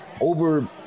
over-